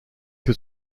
que